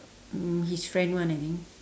um his friend [one] I think